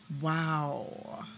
Wow